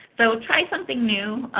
so try something new.